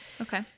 Okay